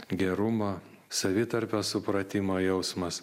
gerumą savitarpio supratimo jausmas